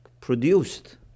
produced